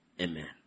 amen